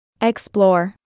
Explore